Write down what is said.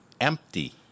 empty